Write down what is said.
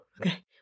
Okay